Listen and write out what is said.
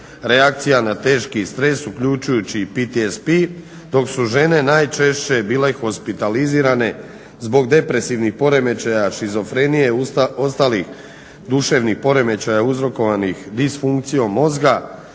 reakcija na teški stres uključujući i PTSP, dok su žene najčešće bile hospitalizirane zbog depresivnih poremećaja šizofrenije, ostalih duševnih poremećaja uzrokovanih disfunkcijom mozga